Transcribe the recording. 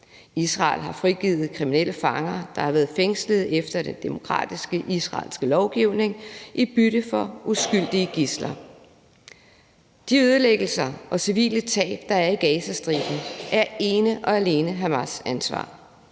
Israel har frigivet kriminelle fanger, der har været fængslet efter den demokratiske israelske lovgivning, i bytte for uskyldige gidsler. De ødelæggelser og civile tab, der er i Gazastriben, er ene og alene Hamas' ansvar.